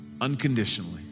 Unconditionally